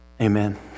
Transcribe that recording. Amen